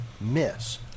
miss